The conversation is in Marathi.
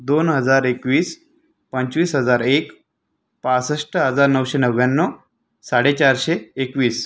दोन हजार एकवीस पंचवीस हजार एक पासष्ट हजार नऊशे नव्याण्णव साडेचारशे एकवीस